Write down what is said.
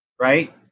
right